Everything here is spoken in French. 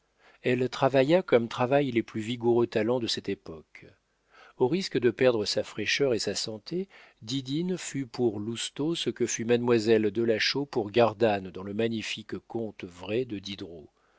elle travailla comme travaillent les plus vigoureux talents de cette époque au risque de perdre sa fraîcheur et sa santé didine fut pour lousteau ce que fut mademoiselle delachaux pour gardane dans le magnifique conte vrai de diderot